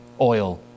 oil